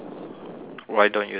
why don't you think so